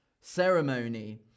ceremony